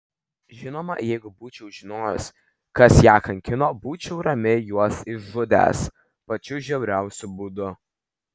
žinoma jeigu būčiau žinojęs kas ją kankino būčiau ramiai juos išžudęs pačiu žiauriausiu būdu